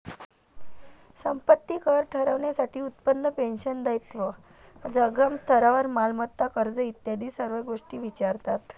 संपत्ती कर ठरवण्यासाठी उत्पन्न, पेन्शन, दायित्व, जंगम स्थावर मालमत्ता, कर्ज इत्यादी सर्व गोष्टी विचारतात